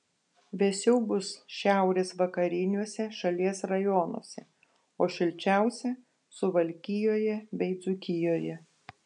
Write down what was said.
vėsiau bus šiaurės vakariniuose šalies rajonuose o šilčiausia suvalkijoje bei dzūkijoje